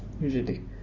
usually